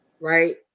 right